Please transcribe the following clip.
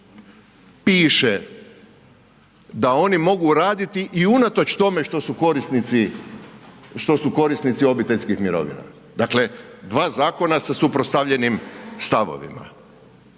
piše da oni mogu raditi i unatoč tome što su korisnici obiteljskih mirovina. Dakle, dva zakona sa suprotstavljenim stavovima.